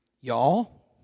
Y'all